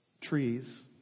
trees